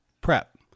PrEP